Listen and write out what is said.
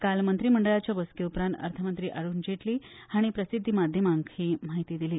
काल मंत्री मंडळाच्या बसके उपरांत अर्थमंत्री अरूण जेटली हांणी प्रसिद्धी माध्यमांक ही म्हायती दिली